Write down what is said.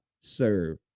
serve